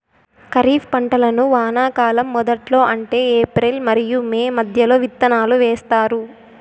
ఖరీఫ్ పంటలను వానాకాలం మొదట్లో అంటే ఏప్రిల్ మరియు మే మధ్యలో విత్తనాలు వేస్తారు